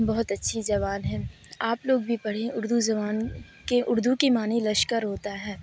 بہت اچھی زبان ہے آپ لوگ بھی پڑھیں اردو زبان کے اردو کے معنی لشکر ہوتا ہے